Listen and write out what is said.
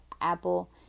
Apple